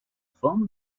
from